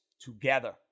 together